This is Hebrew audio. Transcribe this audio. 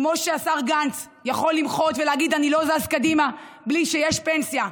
כמו שהשר גנץ יכול למחות ולהגיד: אני לא זז קדימה בלי שיש פנסיה,